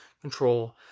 control